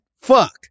Fuck